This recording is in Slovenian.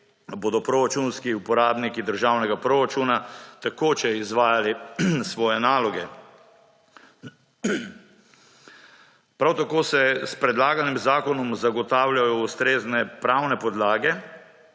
bodo proračunski uporabniki državnega proračuna tekoče izvajali svoje naloge. Prav tako se s predlaganim zakonom zagotavljajo ustrezne pravne podlage,